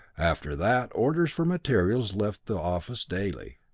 after that orders for materials left the office daily.